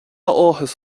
áthas